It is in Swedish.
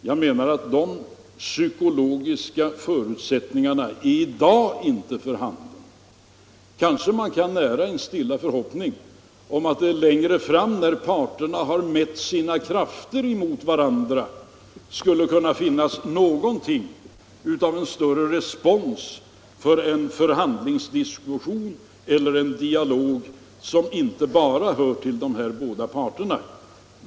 Jag menar att dessa psykologiska förutsättningar i dag inte är för handen. Kanske man kan nära en stilla förhoppning om att det längre fram, när parterna har mätt sina krafter mot varandra, skulle kunna finnas större respons för en för handlingsdiskussion eller en dialog som inte bara förs mellan de båda parterna.